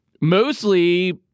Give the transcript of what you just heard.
Mostly